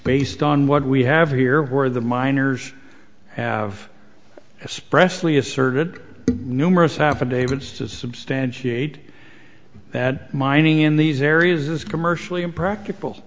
based on what we have here where the miners have especially asserted numerous affidavit says substantiate that mining in these areas is commercially impractical